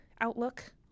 outlook